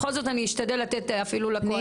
בכל זאת אני אשתדל לתת אפילו לקואליציה לדבר.